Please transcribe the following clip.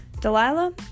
Delilah